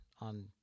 on